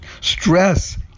Stress